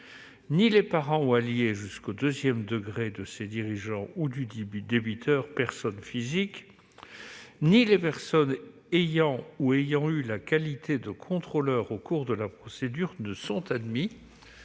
ni les parents ou alliés jusqu'au deuxième degré de ces dirigeants ou du débiteur personne physique, ni les personnes ayant ou ayant eu la qualité de contrôleur au cours de la procédure n'étaient admis,